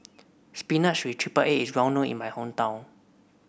spinach with triple egg is well known in my hometown